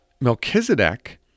Melchizedek